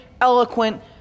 eloquent